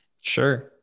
Sure